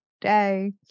day